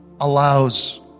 allows